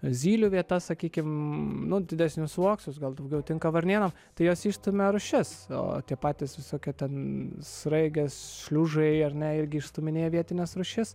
zylių vietas sakykim nu didesnius uoksus gal daugiau tinka varnėnam tai jos išstumia rūšis o tie patys visokie ten sraigės šliužai ar ne irgi išstūminėja vietines rūšis